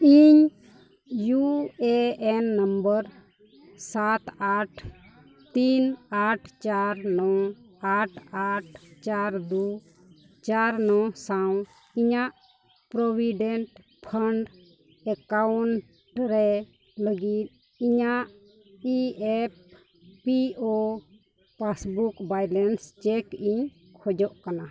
ᱤᱧ U A N number ᱥᱟᱛ ᱟᱴ ᱛᱤᱱ ᱟᱴ ᱪᱟᱨ ᱱᱚ ᱟᱴ ᱟᱴ ᱪᱟᱨ ᱫᱩ ᱪᱟᱨ ᱱᱚ ᱥᱟᱶ ᱤᱧᱟᱹᱜ ᱯᱨᱳᱵᱚᱰᱮᱱᱴ ᱯᱷᱟᱱᱰ ᱮᱠᱟᱣᱩᱱᱴ ᱨᱮ ᱞᱟᱹᱜᱤᱫ ᱤᱧᱟᱹᱜ E F P O passbook balance check ᱤᱧ ᱠᱷᱚᱡᱚᱜ ᱠᱟᱱᱟ